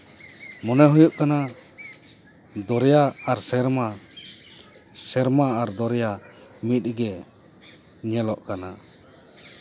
ᱢᱚᱱᱮ ᱦᱩᱭᱩᱜ ᱠᱟᱱᱟ ᱫᱚᱨᱭᱟ ᱟᱨ ᱥᱮᱨᱢᱟ ᱥᱮᱨᱢᱟ ᱟᱨ ᱫᱚᱨᱭᱟ ᱢᱤᱫᱜᱮ ᱧᱮᱞᱚᱜ ᱠᱟᱱᱟ